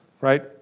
right